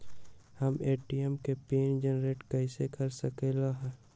हम ए.टी.एम के PIN generate कईसे कर सकली ह?